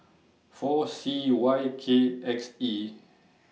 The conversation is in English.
four C Y K X E